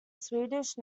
swedish